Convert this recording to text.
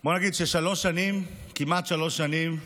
בוא נגיד ששלוש שנים, כמעט שלוש שנים,